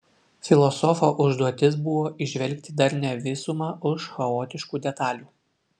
filosofo užduotis buvo įžvelgti darnią visumą už chaotiškų detalių